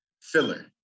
filler